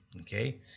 okay